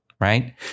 right